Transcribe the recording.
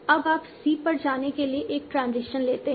अब आप C पर जाने के लिए एक ट्रांजिशन लेते हैं